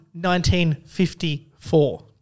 1954